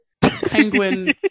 Penguin